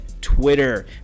Twitter